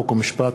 חוק ומשפט.